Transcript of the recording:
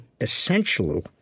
essential